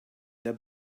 their